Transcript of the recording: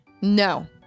No